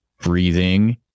breathing